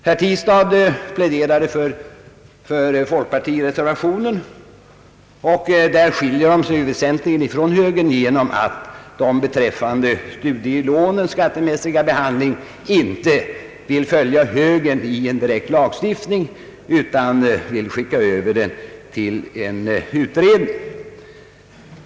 Herr Tistad pläderade för folkpartireservationen, som skiljer sig från högerreservationen däri att man beträffande studielånens skattemässiga behandling inte föreslår en direkt lagstiftning — vilket högern gör — utan begär en utredning av frågan.